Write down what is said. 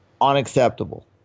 unacceptable